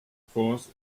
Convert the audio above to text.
force